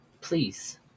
Please